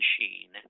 machine